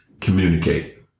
communicate